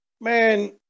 Man